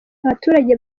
abaturage